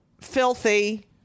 Filthy